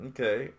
Okay